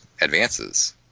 advances